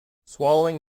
swallowing